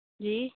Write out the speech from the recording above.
جی